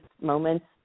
moments